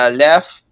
left